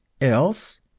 else